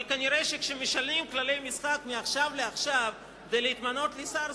אבל נראה שכשמשנים כללי משחק מעכשיו לעכשיו כדי להתמנות לשר,